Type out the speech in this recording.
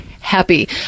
happy